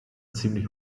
ziemlich